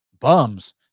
bums